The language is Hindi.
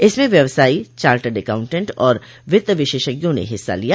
इसमें व्यवसायी चार्टर्ड अकाउंटेंट और वित्त विशेषज्ञों ने हिस्सा लिया